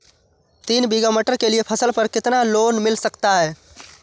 तीन बीघा मटर के लिए फसल पर कितना लोन मिल सकता है?